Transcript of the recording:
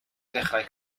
dechrau